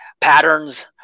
patterns